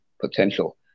potential